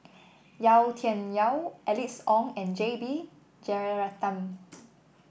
Yau Tian Yau Alice Ong and J B Jeyaretnam